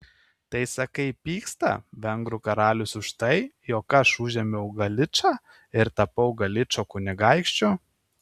tai sakai pyksta vengrų karalius už tai jog aš užėmiau galičą ir tapau galičo kunigaikščiu